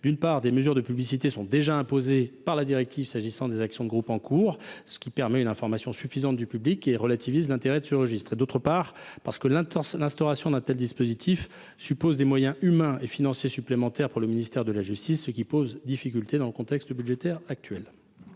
d’une part, des mesures de publicité sont déjà imposées par la directive s’agissant des actions de groupe en cours, ce qui permet une information suffisante du public et relativise l’intérêt de ce registre ; d’autre part, l’instauration d’un tel dispositif suppose des moyens humains et financiers supplémentaires pour le ministère de la justice, ce qui pose une difficulté dans le contexte budgétaire actuel.